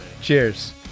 cheers